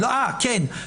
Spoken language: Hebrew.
כן.